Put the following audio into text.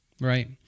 Right